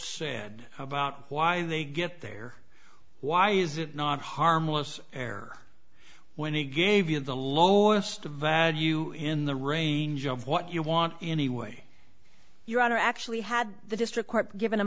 said about why they get there why is it not harmless error when he gave you the lowest value in the range of what you want anyway your honor actually had the district court given a